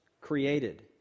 created